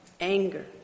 anger